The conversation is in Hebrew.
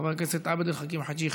חבר הכנסת עבד אל חכים חאג' יחיא,